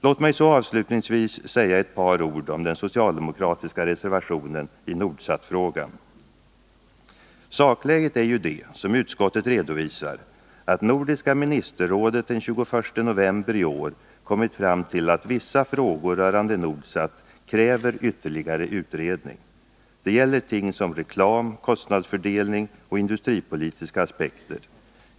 Låt mig så avslutningsvis säga ett par ord om den socialdemokratiska reservationen i Nordsatfrågan. Sakläget är ju det, som utskottet redovisar, att nordiska ministerrådet den 21 november i år kommit fram till att vissa frågor rörande Nordsat kräver ytterligare utredning. Det gäller ting som reklam, kostnadsfördelning och industripolitiska aspekter.